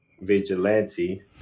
vigilante